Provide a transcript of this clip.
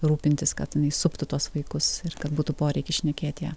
rūpintis kad jinai suptų tuos vaikus ir kad būtų poreikis šnekėt ja